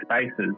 spaces